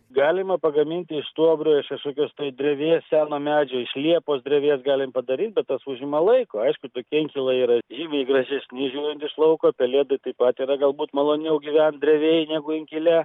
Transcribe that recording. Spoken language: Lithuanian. galima pagaminti iš stuobrio iš kažkokios tai drevės seno medžio iš liepos drevės galim padaryti bet tas užima laiko aišku tokie inkilai yra žymiai gražesni žiūrint iš lauko pelėdai taip pat yra galbūt maloniau gyvent drevėj negu inkile